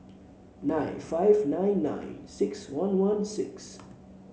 nine five nine nine six one one six